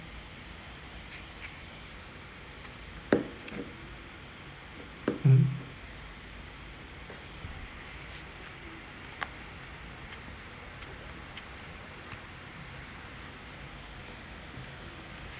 mmhmm